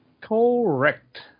Correct